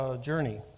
journey